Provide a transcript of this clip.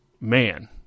man